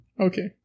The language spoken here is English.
Okay